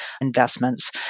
investments